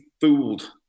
fooled